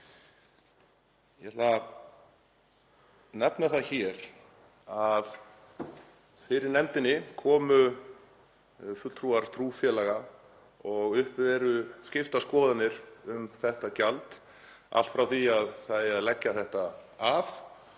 Ég ætla að nefna það hér að fyrir nefndina komu fulltrúar trúfélaga og eru uppi skiptar skoðanir um þetta gjald, allt frá því að það eigi að leggja það af